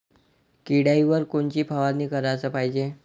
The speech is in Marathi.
किड्याइवर कोनची फवारनी कराच पायजे?